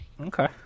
Okay